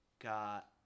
got